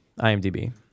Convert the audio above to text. IMDb